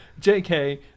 JK